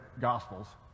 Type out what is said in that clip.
Gospels